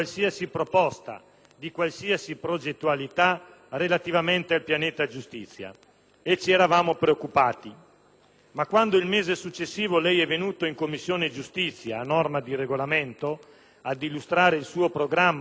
di qualsiasi progettualità relativamente al pianeta giustizia. E ci eravamo preoccupati. Ma quando, il mese successivo, lei è venuto in Commissione giustizia, a norma di Regolamento, ad illustrare il suo programma sulla giustizia,